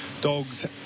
Dogs